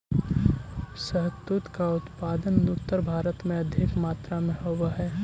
शहतूत का उत्पादन उत्तर भारत में अधिक मात्रा में होवअ हई